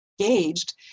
engaged